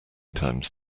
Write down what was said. times